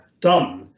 done